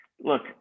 look